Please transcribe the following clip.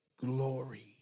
Glory